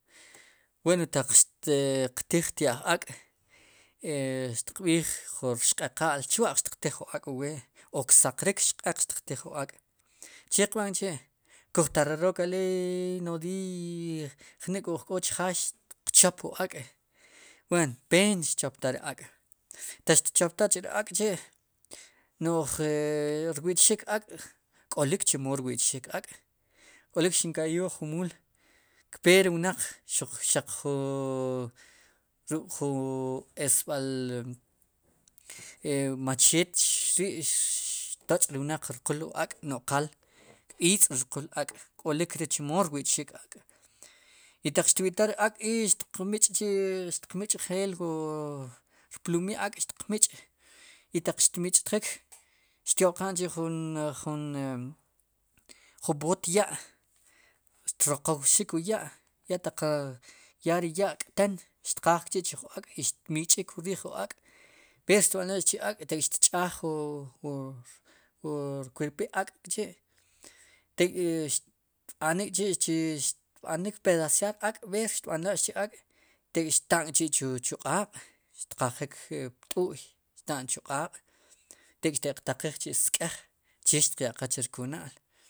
Wen taq xtiq tij tya'j ak' xtiqb'iij jur xqeqaal chwa'q xtiq tij jun ak' wu wee o ksaqrik xq'eq tiq tiij jun ak' chee qb'an k'chi' kuj tararoook aleey nodiiy jnik'wu ujk'o chjaay xtiq chop wu ak' wen peen tchoptaj ri ak' taq tchoptaj ri ak'ri' no'j rwi'txik ak' k'olik chemo rwi'txik ak'kolik xika'yij wa jumuul kpee ri wnaq xaq ju xuk'ju esb'al macheet ri xtoch'ri wnaq ri rqul ri ak' no'qal kb'iitz'rqul ak' k'olik chemo rwi'txik ke ak' i taq xwitaj ri ak' i xtiq mich' chi xtiq mich'njeel wu rplumil ak' tiq micha'ataq xtmich'tjik xtyo'qan chi'jun jun jub'oot ya' xtroqwxik wu ya' ya taq ya ri ya' k'ten xtqaaj k'chi'chu wu ak' i xtmich'ik wu riij wu ak' béer xtb'anlax chu ak' xtch'aaj wu rkweerpi'l ak' k'chi' tek'xtb'anik k'chi' xtb'anik pedaciar ak' b'eer xtb'anla'x chu ak' tek'xta'n chi' chu q'aaq' xtqajik pt'u'y xtan chu q'aaq' tek'xti'qtaqiij chi' sk'ej che xtiq ya'qaaj chu rkuna'l.